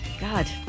God